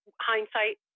hindsight